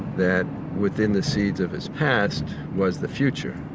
that within the seeds of his past was the future.